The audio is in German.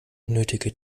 unnötige